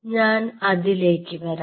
ഞാൻ അതിലേക്ക് വരാം